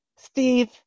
Steve